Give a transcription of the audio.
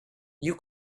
you